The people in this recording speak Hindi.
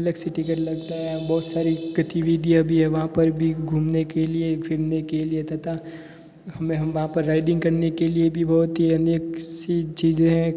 लग से टिकट लगता है बहुत सारी गतिविधियाँ भी है वहाँ पर भी घूमने के लिए फिरने के लिए तथा हमें हम वहाँ पर राइडिंग करने के लिए भी बहुत ही अनेक सी चीज़े हैं